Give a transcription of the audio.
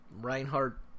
Reinhardt